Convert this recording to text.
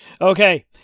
Okay